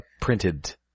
printed